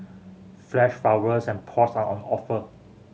fresh flowers and pots are on offer